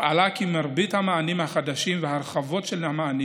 עלה כי מרבית המענים החדשים וההרחבות של המענים